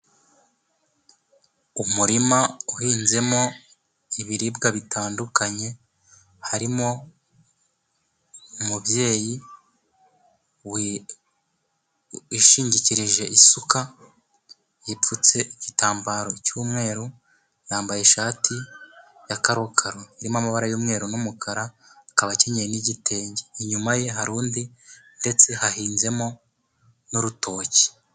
Umurima uhinzemo ibiribwa bitandukanye, harimo umubyeyi wishingikirije isuka, yipfutse igitambaro cy'umweru, yambaye ishati ya karokaro; irimo amabara y'umweru n'umukara, akaba akenyeye n'igitenge. Inyuma ye hari undi ndetse hahinzemo n'urutoki.